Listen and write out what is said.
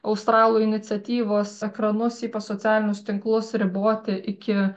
australų iniciatyvos ekranus ypač socialinius tinklus riboti iki